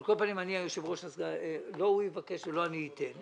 על כל פנים, לא הוא יבקש ולא אני אתן.